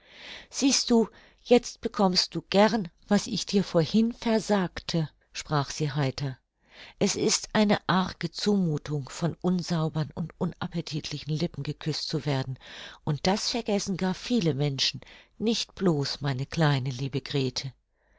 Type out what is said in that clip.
siehst du jetzt bekommst du gern was ich dir vorhin versagte sprach sie heiter es ist eine arge zumuthung von unsaubern und unappetitlichen lippen geküßt zu werden und das vergessen gar viele menschen nicht blos meine kleine liebe grete